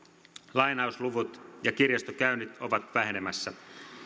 lainausluvut ja kirjastokäynnit ovat vähenemässä